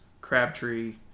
Crabtree